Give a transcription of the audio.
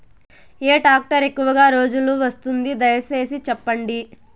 ఏ tractor ఎక్కువగా రోజులు వస్తుంది, దయసేసి చెప్పండి?